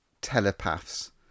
telepaths